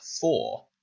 four